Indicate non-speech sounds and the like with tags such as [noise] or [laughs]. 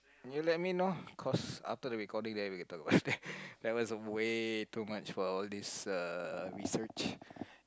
you let me know cause after the recording then we talk about it [laughs] there was a way too much for all this a research